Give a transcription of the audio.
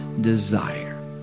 desire